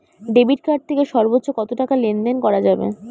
Debit card থেকে সর্বোচ্চ কত টাকা লেনদেন করা যাবে?